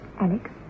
Alex